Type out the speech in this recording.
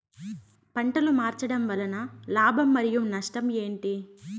పంటలు మార్చడం వలన లాభం మరియు నష్టం ఏంటి